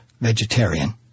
vegetarian